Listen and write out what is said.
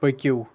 پٔکِو